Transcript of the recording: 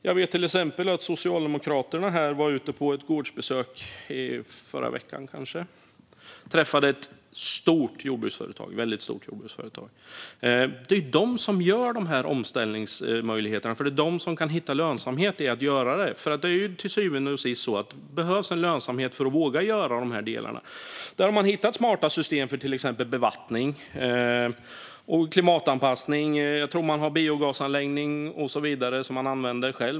Jag vet till exempel att Socialdemokraterna, kanske förra veckan, var ute på ett gårdsbesök och träffade ett väldigt stort jordbruksföretag. Det är de som skapar omställningsmöjligheterna, för det är de som kan hitta lönsamhet i att göra det. Det är till syvende och sist så att det behövs lönsamhet för att man ska våga göra dessa delar. Man har hittat smarta system för till exempel bevattning och klimatanpassning. Jag tror att man har en biogasanläggning som man använder.